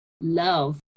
love